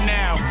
now